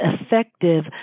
effective